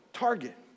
target